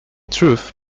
truth